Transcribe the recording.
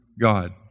God